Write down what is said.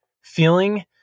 feeling